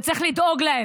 וצריך לדאוג להם.